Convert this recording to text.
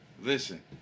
listen